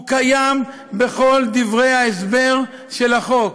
זה קיים בכל דברי ההסבר של החוק,